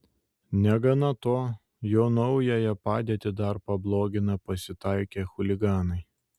negana to jo naująją padėtį dar pablogina pasitaikę chuliganai